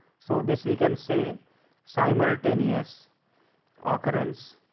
so, this we can say simultaneous occurrence